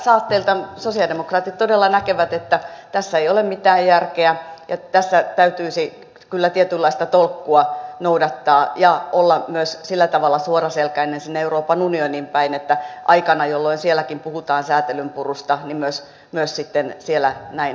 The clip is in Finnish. näillä saatteilla sosialidemokraatit todella näkevät että tässä ei ole mitään järkeä ja tässä täytyisi kyllä tietynlaista tolkkua noudattaa ja olla myös sillä tavalla suoraselkäinen sinne euroopan unioniin päin että aikana jolloin sielläkin puhutaan sääntelyn purusta myös siellä näin toimittaisiin